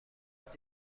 بلد